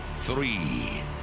three